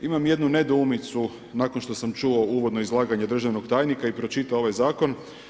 Imamo jednu nedoumicu nakon što sam čuo uvodno izlaganje državnog tajnika i pročitao ovaj zakon.